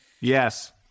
Yes